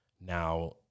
now